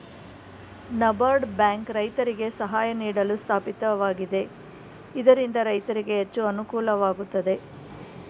NABARD bank ರೈತರಿಗೆ ಸಹಾಯ ನೀಡಲು ಸ್ಥಾಪಿತವಾಗಿದೆ ಇದರಿಂದ ರೈತರಿಗೆ ಹೆಚ್ಚು ಅನುಕೂಲವಾಗುತ್ತದೆ